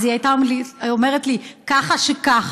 אז היא הייתה אומרת לי: ככה שככה,